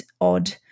odd